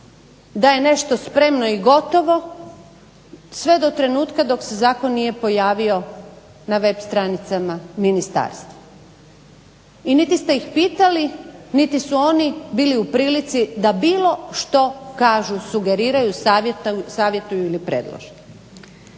da je nešto spremno i gotovo sve do trenutka dok se zakon nije pojavio na web stranicama ministarstva. I niti ste ih pitali niti su oni bili u prilici da bilo što kažu, sugeriraju, savjetuju ili predlože.